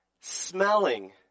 smelling